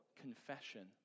confession